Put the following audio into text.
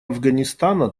афганистана